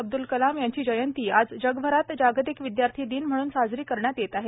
अब्द्रल यांची जयंती आज जगभरात जागतिक विद्यार्थी दिन म्हणून साजरी करण्यात येत आहे